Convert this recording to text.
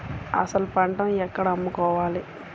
అసలు పంటను ఎక్కడ అమ్ముకోవాలి?